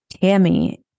Tammy